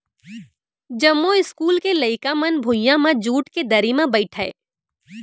जमो इस्कूल के लइका मन भुइयां म जूट के दरी म बइठय